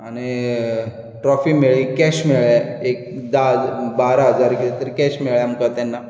आनी ट्रॉफी मेळ्ळी कॅश मेळ्ळे एक धा बारा हजार कितें तरी कॅश मेळ्ळें आमकां तेन्ना